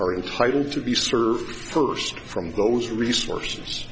are entitled to be served first from those resources